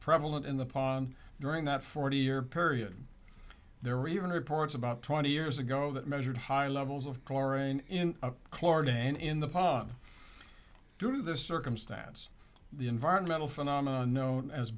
prevalent in the pond during that forty year period there are even reports about twenty years ago that measured high levels of chlorine in chlordane in the pump due to the circumstance the environmental phenomenon known as